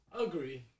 Agree